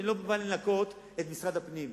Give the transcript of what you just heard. אני לא בא לנקות את משרד הפנים.